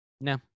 No